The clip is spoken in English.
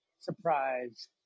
surprise